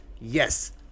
yes